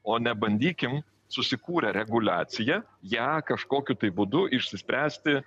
o ne bandykim susikūrę reguliaciją ją kažkokiu tai būdu išspręsti